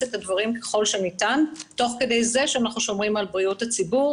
את הדברים ככל שניתן תוך כדי זה שאנחנו שומרים על בריאות הציבור,